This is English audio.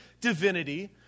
divinity